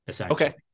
Okay